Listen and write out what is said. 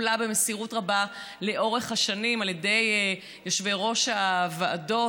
וטופלה במסירות רבה לאורך השנים על ידי יושבי-ראש הוועדות.